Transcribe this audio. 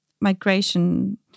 migration